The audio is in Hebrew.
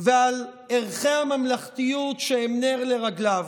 ועל ערכי הממלכתיות שהם נר לרגליו.